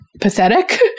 pathetic